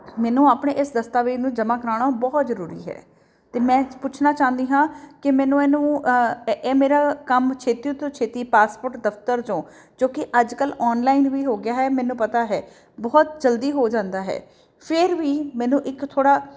ਮੈਨੂੰ ਆਪਣੇ ਇਸ ਦਸਤਾਵੇਜ਼ ਨੂੰ ਜਮ੍ਹਾਂ ਕਰਵਾਉਣਾ ਬਹੁਤ ਜ਼ਰੂਰੀ ਹੈ ਅਤੇ ਮੈਂ ਪੁੱਛਣਾ ਚਾਹੁੰਦੀ ਹਾਂ ਕਿ ਮੈਨੂੰ ਇਹਨੂੰ ਇਹ ਮੇਰਾ ਕੰਮ ਛੇਤੀ ਤੋਂ ਛੇਤੀ ਪਾਸਪੋਰਟ ਦਫ਼ਤਰ 'ਚੋਂ ਜੋ ਕਿ ਅੱਜ ਕੱਲ੍ਹ ਆਨਲਾਈਨ ਵੀ ਹੋ ਗਿਆ ਹੈ ਮੈਨੂੰ ਪਤਾ ਹੈ ਬਹੁਤ ਜਲਦੀ ਹੋ ਜਾਂਦਾ ਹੈ ਫਿਰ ਵੀ ਮੈਨੂੰ ਇੱਕ ਥੋੜ੍ਹਾ